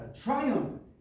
triumph